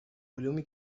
علومی